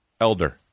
Elder